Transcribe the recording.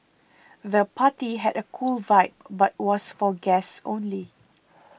the party had a cool vibe but was for guests only